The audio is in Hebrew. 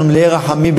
אנחנו מלאי רחמים,